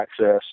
access